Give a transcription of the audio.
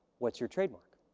what's your trademark.